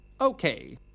Okay